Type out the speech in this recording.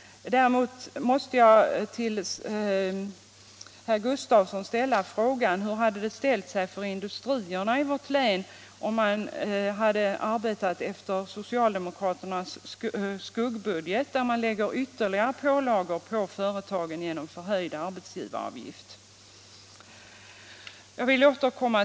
Däremot måste jag till herr Gustafsson i Ronneby ställa frågan: Hur hade det ställt sig för industrierna i vårt län om man hade arbetat efter socialdemokraternas skuggbudget, där det läggs ytterligare pålagor på företagen genom förhöjd arbetsgivaravgift?